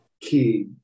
key